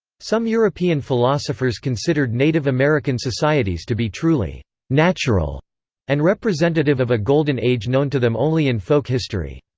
some european philosophers considered native american societies to be truly natural and representative of a golden age known to them only in folk history.